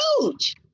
huge